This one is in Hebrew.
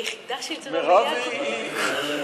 אני היחידה שנמצאת במליאה כל הזמן.